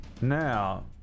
Now